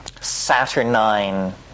saturnine